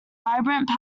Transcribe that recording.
vibrant